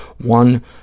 one